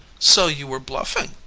so you were bluffing,